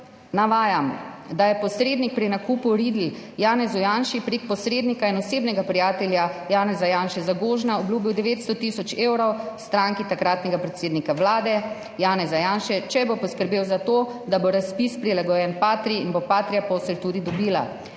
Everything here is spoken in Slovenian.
navajam, »da je posrednik pri nakupu, Riedl, Janezu Janši prek posrednika in osebnega prijatelja Janeza Janše, Zagožna, obljubil 900 tisoč evrov stranki takratnega predsednika Vlade, Janeza Janše, če bo poskrbel za to, da bo razpis prilagojen Patrii in bo Patria posel tudi dobila.